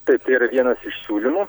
taip tai yra vienas iš siūlymų